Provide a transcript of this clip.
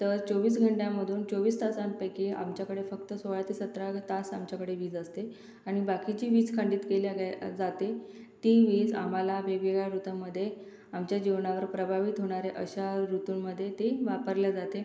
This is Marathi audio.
तर चोवीस घंट्यामधून चोवीस तासांपैकी आमच्याकडे फक्त सोळा ते सतरा ग् तास आमच्याकडे वीज असते आणि बाकीची वीज खंडित केल्या गेया जाते ती वीज आम्हाला वेगवेगळ्या ऋतूंमध्ये आमच्या जीवनावर प्रभावित होणाऱ्या अशा ऋतूंमध्ये ती वापरल्या जाते